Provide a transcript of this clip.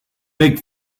big